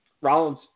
Rollins